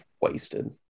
wasted